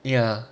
ya